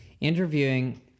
interviewing